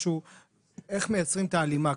איך מייצרים את ההלימה?